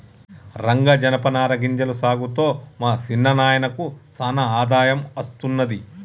రంగా జనపనార గింజల సాగుతో మా సిన్న నాయినకు సానా ఆదాయం అస్తున్నది